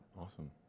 awesome